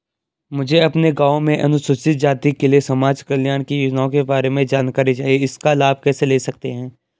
मुझे अपने गाँव में अनुसूचित जाति के लिए समाज कल्याण की योजनाओं के बारे में जानकारी चाहिए इसका लाभ कैसे ले सकते हैं?